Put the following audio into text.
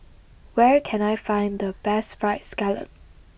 where can I find the best fried scallop